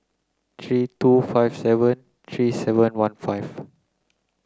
three two five seven three seven one five